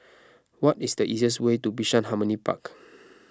what is the easiest way to Bishan Harmony Park